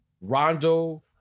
Rondo